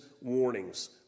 warnings